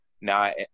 now